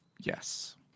Yes